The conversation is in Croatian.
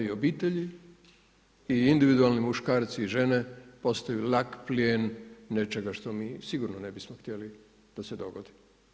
Onda i obitelji i individualni muškarci i žene postaju lak plijen nečega što mi sigurno ne bismo htjeli da se dogodi.